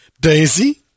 Daisy